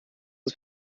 ist